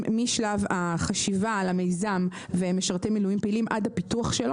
משלב החשיבה על המיזם והם משרתי מילואים פעילים,